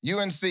UNC